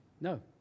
No